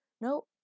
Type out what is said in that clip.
No